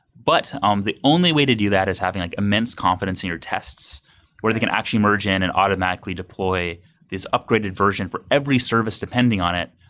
but on the only way to do that is having like immense confidence in your tests where they can actually merge in and automatically deploy this upgraded version for every service depending on it,